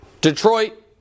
Detroit